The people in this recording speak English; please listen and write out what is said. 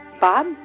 Bob